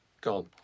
gone